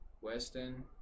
Weston